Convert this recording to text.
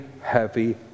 heavy